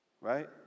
Right